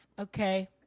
Okay